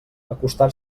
acostar